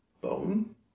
Bone